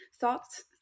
thoughts